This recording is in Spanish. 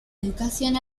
educación